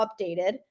updated